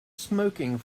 smoking